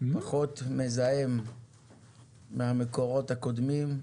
פחות מזהם מהמקורות הקודמים.